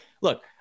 look